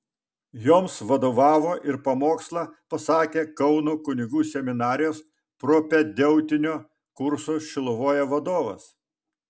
joms vadovavo ir pamokslą pasakė kauno kunigų seminarijos propedeutinio kurso šiluvoje vadovas